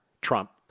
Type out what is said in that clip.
Trump